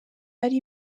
ari